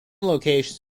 locations